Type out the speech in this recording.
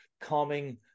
calming